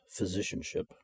physicianship